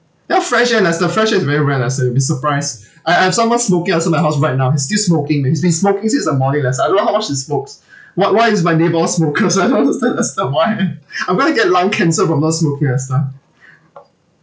ya fresh air lester fresh air is very rare lester you'd be surprised I~ I've someone smoking outside my house right now he still smoking man he's been smoking since the morning lester I don't know how much he smokes wh~ why is my neighbour all smokers [one] I don't understand lester why I'm going to get lung cancer from those smoker and stuff